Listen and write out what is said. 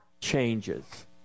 changes